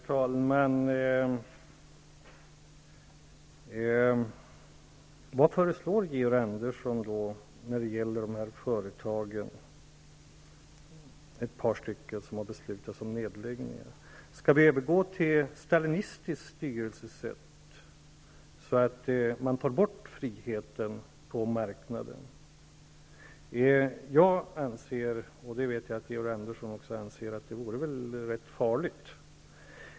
Herr talman! Vad föreslår Georg Andersson när det gäller de företag som har fattat beslut om att lägga ner? Skall vi övergå till ett stalinistiskt styrelsesätt och ta bort friheten på marknaden? Jag anser -- och det vet jag att Georg Andersson också gör -- att det vore rätt farligt.